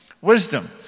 wisdom